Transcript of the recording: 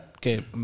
que